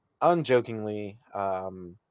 unjokingly